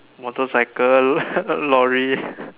motorcycle lorry